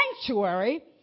sanctuary